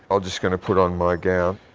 ah just going to put on my gown.